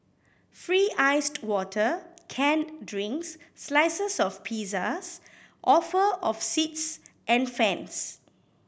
free iced water canned drinks slices of pizzas offer of seats and fans